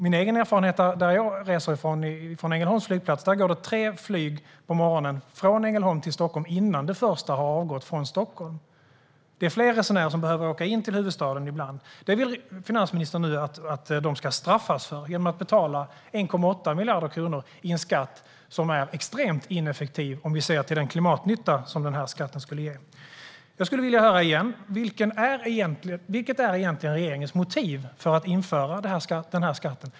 Min egen erfarenhet från Ängelholms flygplats är att det går tre flyg på morgonen från Ängelholm till Stockholm innan det första flyget har avgått från Stockholm. Det är fler resenärer som behöver åka in till huvudstaden ibland. Finansminis-tern vill att de ska straffas genom att betala 1,8 miljarder kronor i en extremt ineffektiv skatt om vi ser till den klimatnytta som skatten skulle ge. Vilket är egentligen regeringens motiv för att införa skatten?